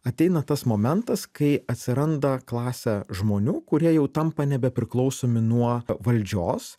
ateina tas momentas kai atsiranda klasė žmonių kurie jau tampa nebepriklausomi nuo valdžios